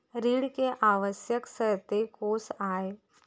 ऋण के आवश्यक शर्तें कोस आय?